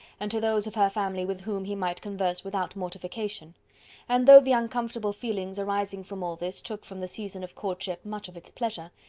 and to those of her family with whom he might converse without mortification and though the uncomfortable feelings arising from all this took from the season of courtship much of its pleasure,